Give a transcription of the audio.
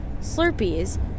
slurpees